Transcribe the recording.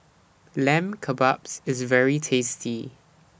Lamb Kebabs IS very tasty